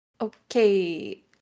Okay